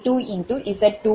2916 0